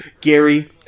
gary